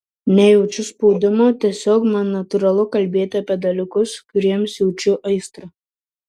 nejaučiu spaudimo tiesiog man natūralu kalbėti apie dalykus kuriems jaučiu aistrą